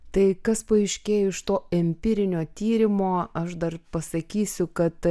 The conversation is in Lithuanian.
tai kas paaiškėjo iš to empirinio tyrimo aš dar pasakysiu kad